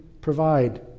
provide